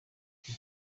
kwe